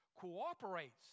cooperates